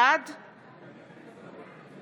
בעד